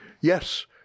Yes